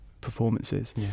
performances